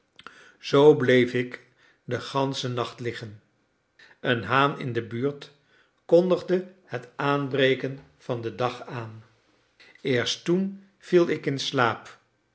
zoo bleef ik den ganschen nacht liggen een haan in de buurt kondigde het aanbreken van den dag aan eerst toen viel ik in slaap